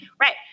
right